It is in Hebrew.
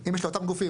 אם יש לאותם גופים,